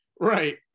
Right